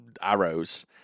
arrows